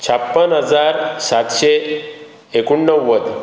छाप्पन हजार सातशें एकुणव्वद